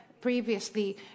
previously